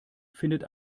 findet